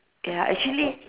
ya actually